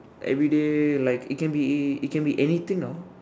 everyday like it can be it can be anything ah